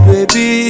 Baby